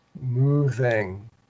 moving